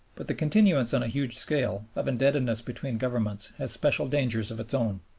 but the continuance on a huge scale of indebtedness between governments has special dangers of its own.